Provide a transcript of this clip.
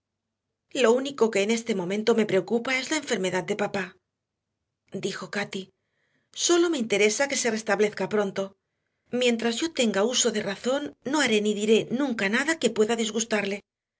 lo único que en el momento me preocupa es la enfermedad de papá dijo cati sólo me interesa que se restablezca pronto mientras yo tenga uso de razón no haré ni diré nunca nada que pueda disgustarle